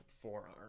forearm